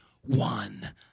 one